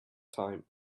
time